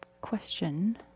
question